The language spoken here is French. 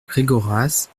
gregoras